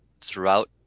throughout